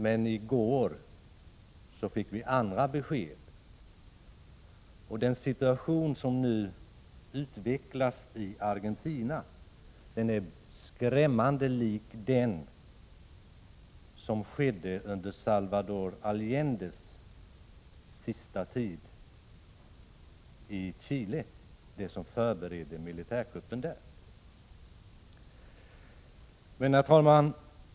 Men i går fick vi andra besked, och den situation som nu utvecklas i Argentina är skrämmande lik den i Chile under Salvador Allendes sista tid, när militärkuppen förbereddes. Herr talman!